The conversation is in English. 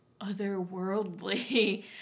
otherworldly